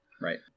Right